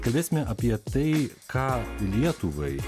kalbėsime apie tai ką lietuvai